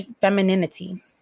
Femininity